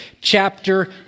chapter